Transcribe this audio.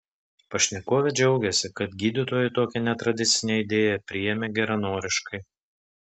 pašnekovė džiaugiasi kad gydytojai tokią netradicinę idėją priėmė geranoriškai